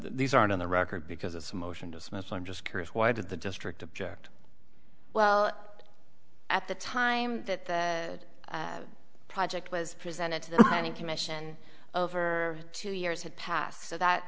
these aren't on the record because it's a motion to dismiss i'm just curious why did the district object well at the time that the project was presented to the commission over two years had passed so that